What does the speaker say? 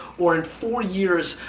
or, in four years,